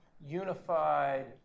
unified